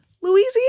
Louisiana